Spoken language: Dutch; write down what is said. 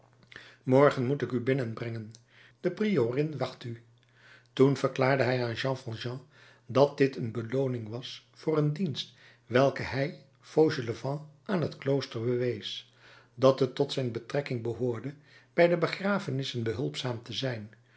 morgen moet ik u binnenbrengen de priorin wacht u toen verklaarde hij aan jean valjean dat dit een belooning was voor een dienst welken hij fauchelevent aan het klooster bewees dat het tot zijn betrekking behoorde bij de begrafenissen behulpzaam te zijn